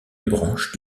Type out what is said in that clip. branche